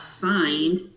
find